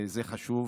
זה חשוב,